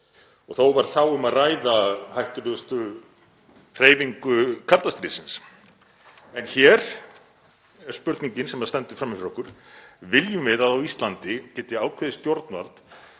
Þó var þá um að ræða hættulegustu hreyfingu kalda stríðsins. En hér er spurningin sem stendur frammi fyrir okkur: Viljum við að á Íslandi geti ákveðið stjórnvald